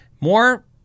more